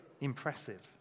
impressive